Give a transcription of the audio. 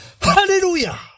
Hallelujah